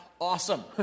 awesome